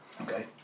Okay